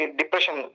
depression